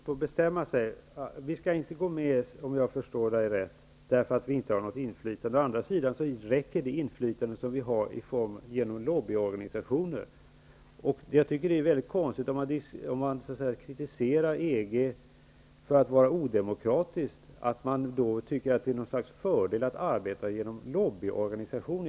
Herr talman! På något sätt får Birgitta Hambraeus bestämma sig. Vi skall inte gå med i EG, om jag förstår Birgitta Hambraeus rätt, därför att vi inte har något inflytande. Å andra sidan räcker det inflytande som vi har genom lobbyorganisationer. Jag tycker att det är mycket konstigt om man kritiserar EG för att vara odemokratiskt, samtidigt som man tycker att det är en fördel att arbeta genom lobbyorganisationer.